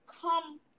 come